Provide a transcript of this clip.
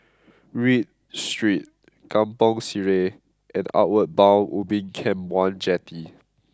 Read Street Kampong Sireh and Outward Bound Ubin Camp one Jetty